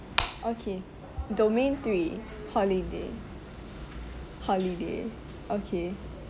okay domain three holiday holiday okay